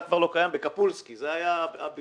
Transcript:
לא קיים קפולסקי שם היה בילוי.